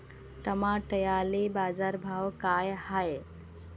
टमाट्याले बाजारभाव काय हाय?